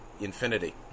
infinity